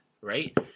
right